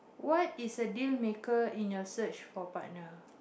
what is a dealmaker in your search for partner